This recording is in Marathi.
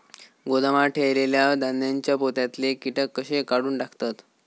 गोदामात ठेयलेल्या धान्यांच्या पोत्यातले कीटक कशे काढून टाकतत?